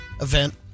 event